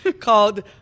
called